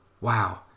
Wow